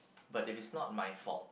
but if it's not my fault